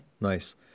nice